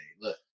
look